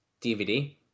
DVD